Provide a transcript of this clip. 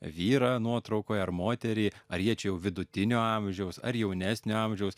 vyrą nuotraukoje ar moterį ar jie čia jau vidutinio amžiaus ar jaunesnio amžiaus